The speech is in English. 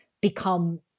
become